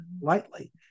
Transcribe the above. lightly